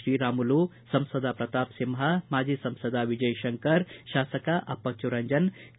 ಶ್ರೀರಾಮುಲು ಸಂಸದ ಪ್ರತಾಪಸಿಂಪ ಮಾಜಿ ಸಂಸದ ವಿಜಯಶಂಕರ್ ಶಾಸಕ ಅಪ್ಪಚ್ಚು ರಂಜನ್ ಕೆ